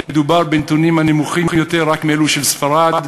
מדובר בנתונים הנמוכים יותר רק מאלו של ספרד,